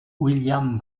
william